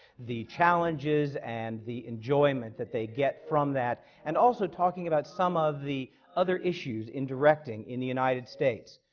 the challenges and the enjoyment that they get from that, and also, talking about some of the other issues in directing in the united states.